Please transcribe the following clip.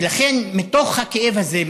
ולכן מתוך הכאב הזה,